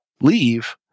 leave